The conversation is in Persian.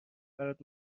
برات